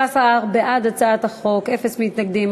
13 בעד הצעת החוק, אין מתנגדים.